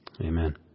Amen